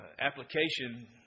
application